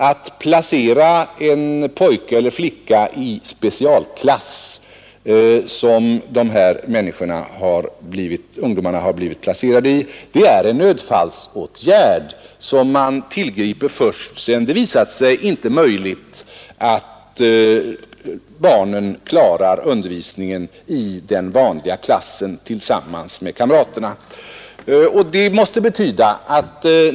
Att placera en pojke eller flicka i specialklass, vilket i skolan skett med dessa ungdomar, är en nödfallsåtgärd som man tillgriper först sedan det visat sig att barnen inte klarar undervisningen i den vanliga klassen tillsammans med kamraterna.